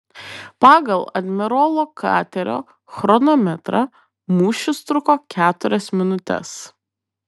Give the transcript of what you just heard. pagal admirolo katerio chronometrą mūšis truko keturias minutes